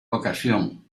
ocasión